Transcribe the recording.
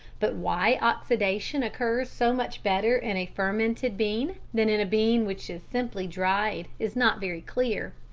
but why oxidation occurs so much better in a fermented bean than in a bean which is simply dried is not very clear.